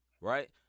right